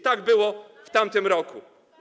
Tak było w tamtym roku.